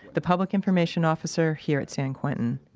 the public information officer here at san quentin.